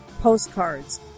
postcards